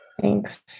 Thanks